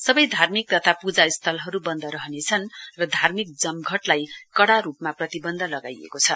सबै धार्मिक तथा पूजा स्थलहरू बन्द रहनेछ र धार्मिक जमघटलाई कडा रूपमा प्रतिबन्ध लगाइएको छ